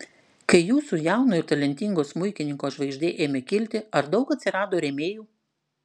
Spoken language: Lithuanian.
kai jūsų jauno ir talentingo smuikininko žvaigždė ėmė kilti ar daug atsirado rėmėjų